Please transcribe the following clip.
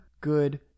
good